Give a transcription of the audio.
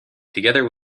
together